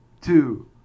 two